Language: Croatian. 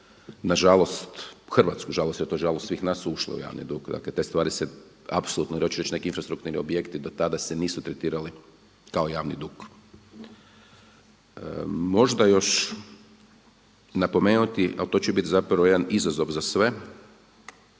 na žalost, hrvatsku žalost, jer to je na žalost svih nas ušlo u javni dug. Dakle, te stvari se apsolutno ili hoću reći neki infrastrukturni objekti do tada se nisu tretirali kao javni dug. Možda još napomenuti, ali to će bit zapravo jedan izazov za sve,